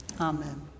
Amen